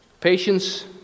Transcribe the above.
Patience